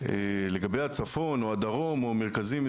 לגבי הצפון או הדרום או מרכזים,